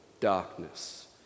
darkness